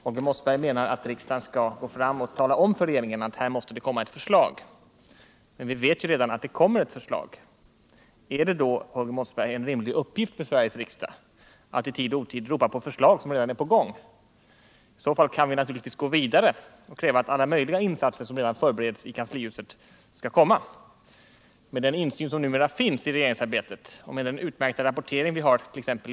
Holger Mossberg menar att riksdagen skall gå fram och tala om för regeringen att här måste det komma ett förslag. Men vi vet ju redan att det kommer ett förslag. Är det, Holger Mossberg, en rimlig uppgift för Sveriges riksdag att i tid och otid ropa på förslag som redan är på gång? I så fall kan vi naturligtvis gå vidare och kräva alla möjliga insatser som redan förbereds i kanslihuset. Med den insyn som numera finns i regeringsarbetet och med den utmärkta rapportering vi hart.ex.